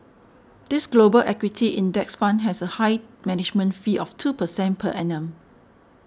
this Global equity index fund has a high management fee of two percent per annum